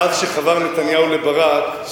מאז חבר נתניהו לברק,